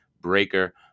breaker